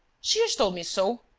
shears told me so.